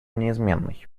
неизменной